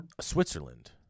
Switzerland